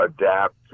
adapt